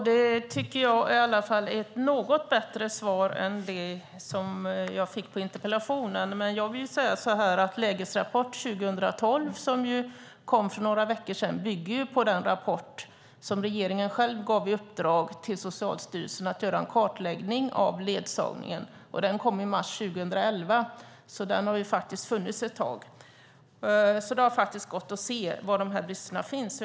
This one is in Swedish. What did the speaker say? Herr talman! Det var ett något bättre svar än det jag fick på interpellationen. Socialstyrelsens lägesrapport 2012 som kom för några veckor sedan bygger på den rapport som var resultatet av det uppdrag regeringen gav Socialstyrelsen att göra en kartläggning av ledsagningen, och den kom i mars 2011 och har funnits ett tag. Det har alltså gått att se var bristerna finns.